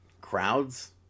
crowds